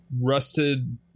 rusted